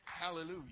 Hallelujah